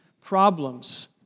problems